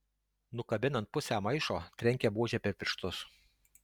nukabinant pusę maišo trenkia buože per pirštus